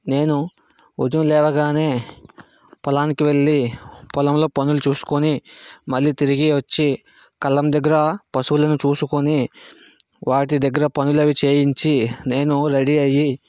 నేను ఉదయం లేవగానే పొలానికి వెళ్ళి పొలంలో పనులు చూసుకోని మళ్ళీ తిరిగి వచ్చి కళ్ళం దగ్గర పశువులను చూసుకోని వాటి దగ్గర పనులు అవి చేయించి నేను రెడీ అయ్యి